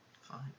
Fine